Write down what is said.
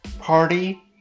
Party